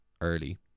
early